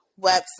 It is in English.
website